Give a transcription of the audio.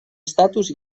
estatus